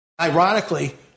Ironically